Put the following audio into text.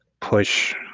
push